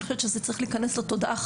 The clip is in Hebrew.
אני חושבת שזה צריך להיכנס חזק לתודעה.